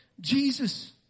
Jesus